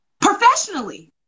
Professionally